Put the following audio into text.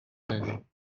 pas